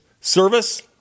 Service